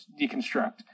deconstruct